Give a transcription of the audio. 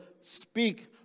speak